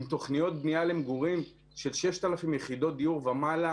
עם תוכניות בנייה למגורים של 6,000 יחידות דיור ומעלה,